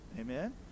amen